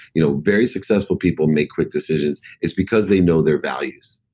you know very successful people make quick decisions. it's because they know their values.